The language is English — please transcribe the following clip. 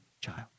child